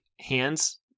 hands